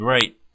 Right